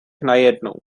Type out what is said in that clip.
najednou